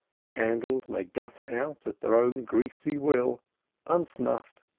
the candles may gutter out at their own greasy will unsnuffed,